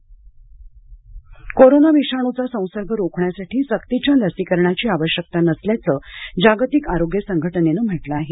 जागतिक लसीकरण कोरोना विषाणूचा संसर्ग रोखण्यासाठी सक्तीच्या लसीकरणाची आवश्यकता नसल्याचं जागतिक आरोग्य संघटनेनं म्हटलं आहे